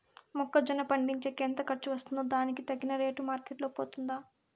మొక్క జొన్న పండించేకి ఎంత ఖర్చు వస్తుందో దానికి తగిన రేటు మార్కెట్ లో పోతుందా?